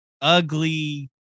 ugly